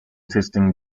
testing